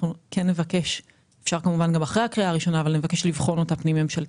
נבקש לבחון אותה פנים ממשלתית,